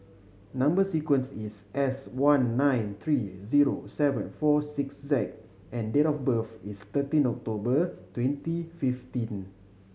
number sequence is S one nine three zero seven four six Z and date of birth is thirteen October twenty fifteen